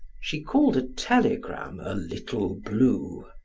she called a telegram a little blue.